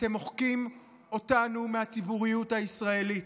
אתם מוחקים אותנו מהציבוריות הישראלית.